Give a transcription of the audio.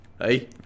Hey